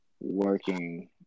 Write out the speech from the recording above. working